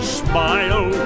smile